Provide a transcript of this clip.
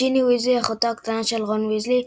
ג'יני וויזלי – אחותו הקטנה של רון ויזלי,